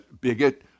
bigot